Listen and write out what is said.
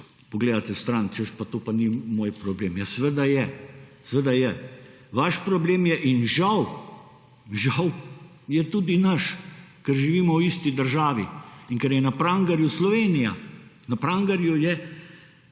pogledate stran, češ, to pa ni moj problem. Ja, seveda je. Vaš problem je. In žal je tudi naš, ker živimo v isti državi in ker je na prangerju Slovenija. Na prangerju je